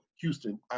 Houston